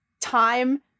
time